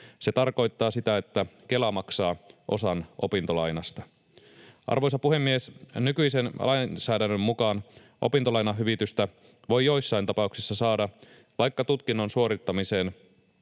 Se tarkoittaa sitä, että Kela maksaa osan opintolainasta. Arvoisa puhemies! Nykyisen lainsäädännön mukaan opintolainahyvitystä voi joissain tapauksissa saada, vaikka tutkinnon suorittamiseen